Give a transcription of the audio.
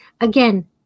Again